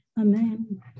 Amen